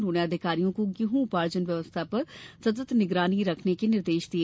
उन्होंने अधिकारियों को गेहूं उपार्जन व्यवस्था पर सतत् निगरानी रखने के निर्देश दिए